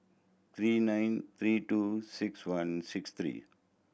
three nine three two six one six three